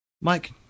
Mike